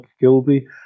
Gilby